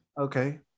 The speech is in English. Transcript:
Okay